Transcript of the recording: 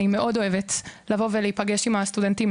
אני מאוד אוהבת לבוא ולהיפגש עם הסטודנטים,